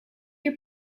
your